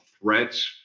threats